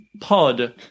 pod